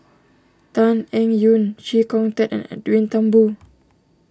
Tan Eng Yoon Chee Kong Tet and Edwin Thumboo